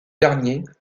dernier